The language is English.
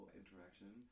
interaction